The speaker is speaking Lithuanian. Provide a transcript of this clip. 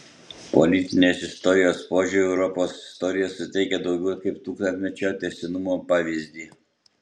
politinės istorijos požiūriu europos istorija suteikia daugiau kaip tūkstantmečio tęstinumo pavyzdį